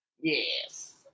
Yes